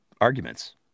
arguments